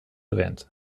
erwähnt